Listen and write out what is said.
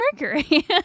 mercury